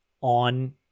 on